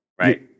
Right